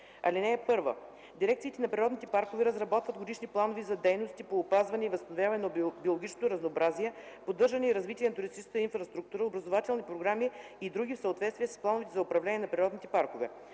162. (1) Дирекциите на природни паркове разработват годишни планове за дейностите по опазване и възстановяване на биологичното разнообразие, поддържане и развитие на туристическата инфраструктура, образователни програми и други в съответствие с плановете за управление на природните паркове.